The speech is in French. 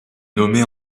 nommé